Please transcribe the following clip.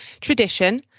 tradition